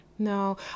No